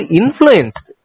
influenced